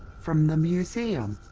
from the museum.